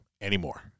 anymore